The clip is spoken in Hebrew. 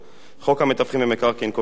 חוק המתווכים במקרקעין קובע את המסגרת